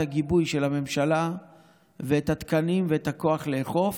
הגיבוי של הממשלה ואת התקנים ואת הכוח לאכוף.